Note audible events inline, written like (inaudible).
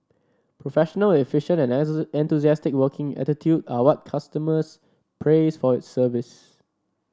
professional efficient and (unintelligible) enthusiastic working attitude are what customers praise for its service